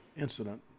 Incident